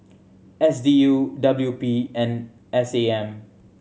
S D U W P and S A M